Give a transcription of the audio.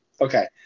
okay